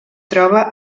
troba